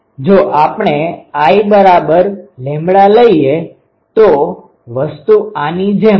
જો આપણે lλ લઈએ તો વસ્તુ આની જેમ છે